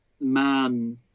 man